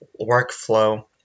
workflow